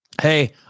Hey